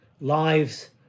Lives